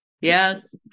Yes